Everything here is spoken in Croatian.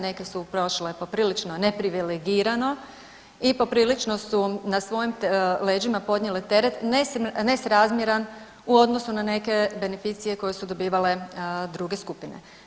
Neke su prošle poprilično ne privilegirano i poprilično su na svojim leđima podnijeli teret nesrazmjeran u odnosu na neke beneficije koje su dobivale druge skupine.